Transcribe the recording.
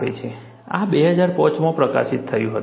આ 2005 માં પ્રકાશિત થયું હતું